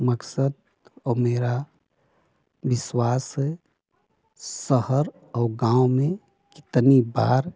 मकसद औ मेरा विश्वास है शहर और गाँव में कितनी बार